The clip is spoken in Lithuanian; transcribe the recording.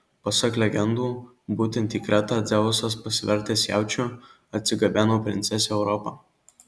pasak legendų būtent į kretą dzeusas pasivertęs jaučiu atsigabeno princesę europą